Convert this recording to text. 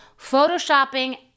Photoshopping